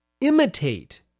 imitate